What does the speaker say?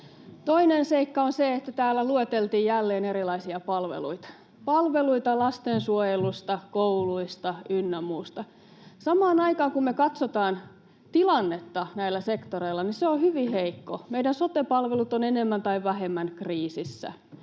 Toinen seikka on se, että täällä lueteltiin jälleen erilaisia palveluita, palveluita lastensuojelusta, kouluista ynnä muusta. Samaan aikaan, kun me katsomme tilannetta näillä sektoreilla, se on hyvin heikko. Meidän sote-palvelut ovat enemmän tai vähemmän kriisissä.